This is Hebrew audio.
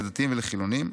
לדתיים ולחילונים.